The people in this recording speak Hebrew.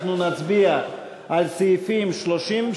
אנחנו נצביע על סעיפים 30,